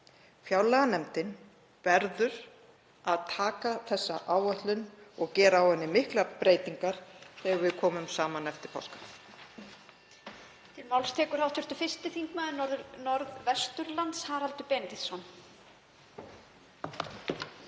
Fjárlaganefndin verður að taka þessa áætlun og gera á henni miklar breytingar þegar við komum saman eftir páska.